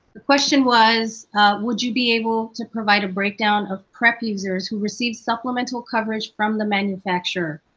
the question was would you be able to provide a breakdown of prep users who receive supplemental coverage from the manufacturer.